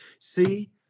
See